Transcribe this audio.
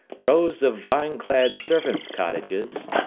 rows of vine-clad servants' cottages,